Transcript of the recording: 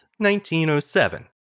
1907